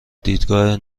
دیدگاه